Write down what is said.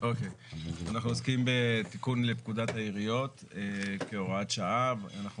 אנחנו עוסקים בתיקון לפקודת העיריות כהוראת שעה ואנחנו